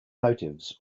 motives